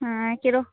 হ্যাঁ কী রকম